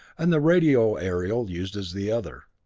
and the radio aerial used as the other.